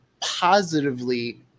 positively